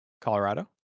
Colorado